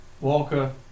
Walker